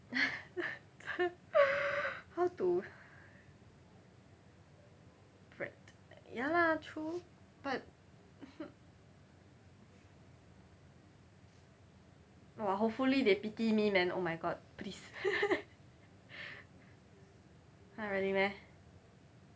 how to pract~ ya lah true but !wah! hopefully they pity me man oh my god please !huh! really meh